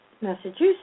Massachusetts